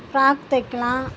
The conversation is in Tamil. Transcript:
ஃப்ராக் தைக்கலாம்